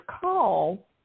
call